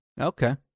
okay